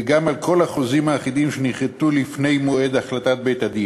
וגם על כל החוזים האחידים שנכרתו לפני מועד החלטת בית-הדין,